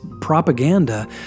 propaganda